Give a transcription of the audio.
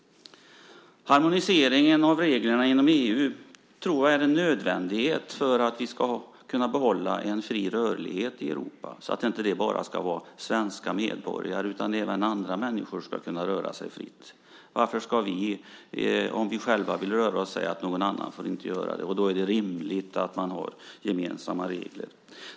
Harmoniseringen av reglerna inom EU är en nödvändighet för att vi ska kunna behålla en fri rörlighet i Europa, så att inte bara svenska medborgare utan även andra människor ska kunna röra sig fritt. Varför ska vi, om vi själva vill röra oss, säga att någon annan inte får göra det? Då är det rimligt att man har gemensamma regler.